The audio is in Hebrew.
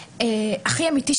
דבר הכי אמיתי,